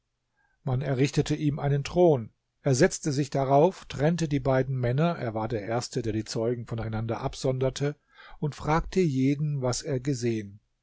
man errichtete ihm einen thron er setzte sich darauf trennte die beiden männer er war der erste der die zeugen voneinander absonderte und fragte jeden was er gesehen